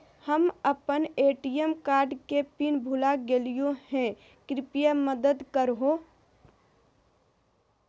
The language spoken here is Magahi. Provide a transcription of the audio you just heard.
हम अप्पन ए.टी.एम कार्ड के पिन भुला गेलिओ हे कृपया मदद कर हो